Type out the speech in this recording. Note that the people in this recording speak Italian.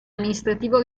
amministrativo